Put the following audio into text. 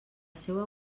seua